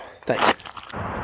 Thanks